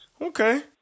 Okay